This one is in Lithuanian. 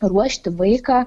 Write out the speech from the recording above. ruošti vaiką